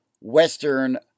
Western